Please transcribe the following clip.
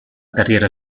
carriera